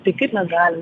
tai kaip mes galim